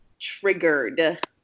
Triggered